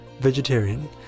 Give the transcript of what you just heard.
vegetarian